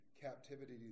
captivity